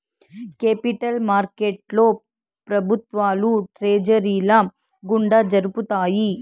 capital మార్కెట్లో ప్రభుత్వాలు ట్రెజరీల గుండా జరుపుతాయి